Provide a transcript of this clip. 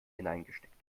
hineingesteckt